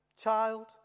child